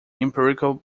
empirical